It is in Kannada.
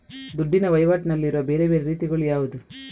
ದುಡ್ಡಿನ ವಹಿವಾಟಿನಲ್ಲಿರುವ ಬೇರೆ ಬೇರೆ ರೀತಿಗಳು ಯಾವುದು?